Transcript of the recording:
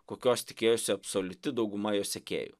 kokios tikėjosi absoliuti dauguma jo sekėjų